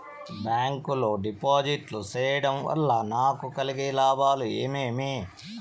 Bank లో డిపాజిట్లు సేయడం వల్ల నాకు కలిగే లాభాలు ఏమేమి?